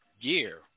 year